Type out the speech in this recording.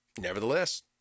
Nevertheless